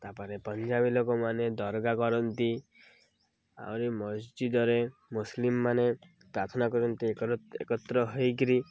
ତା'ପରେ ପଞ୍ଜାବୀ ଲୋକମାନେ ଦରଗା କରନ୍ତି ଆହୁରି ମସଜିଦ୍ ରେ ମୁସଲିମ୍ ମାନ ପ୍ରାର୍ଥନା କରନ୍ତି ଏକତ୍ର ହେଇକିରି